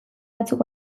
batzuk